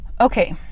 okay